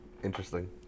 interesting